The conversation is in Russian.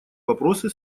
вопросы